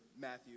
Matthew